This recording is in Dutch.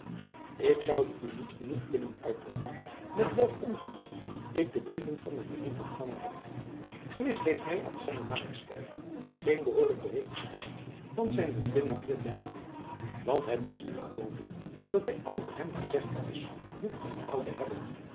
ik zoude u niet genoeg kunnen uitdrukken met welk ongenoegen ik de brieven van mijn vriend ontvangen heb gewis heeft hy aan z majesteit geen behoorlijk bericht gedaan van zijn bevinding hier te lande want het is niet mogelijk dat hy al wat hem gezegd is goed onthouden hebbe